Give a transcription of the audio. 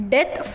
Death